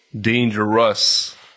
Dangerous